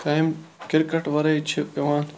کامہِ کِرکَٹ وَرٲے چھِ پیٚوان